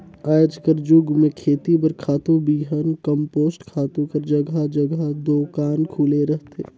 आएज कर जुग में खेती बर खातू, बीहन, कम्पोस्ट खातू कर जगहा जगहा दोकान खुले रहथे